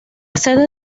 sede